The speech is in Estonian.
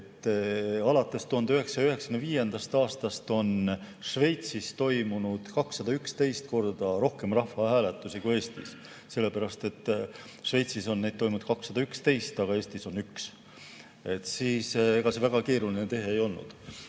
alates 1995. aastast on Šveitsis toimunud 211 korda rohkem rahvahääletusi kui Eestis, sellepärast et Šveitsis on neid toimunud 211, aga Eestis 1. Ega see väga keeruline tehe ei olnud.